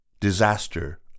disaster